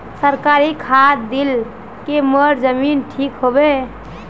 सरकारी खाद दिल की मोर जमीन ठीक होबे?